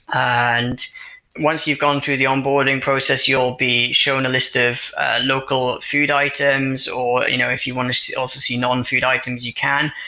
and once you've gone through the onboarding process, you'll be shown a list of local food items, or you know if you want to also see non food items, you can.